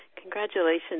congratulations